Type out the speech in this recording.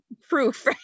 proof